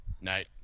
Night